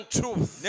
truth